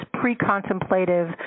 pre-contemplative